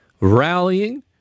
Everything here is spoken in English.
rallying